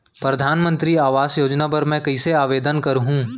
परधानमंतरी आवास योजना बर मैं कइसे आवेदन करहूँ?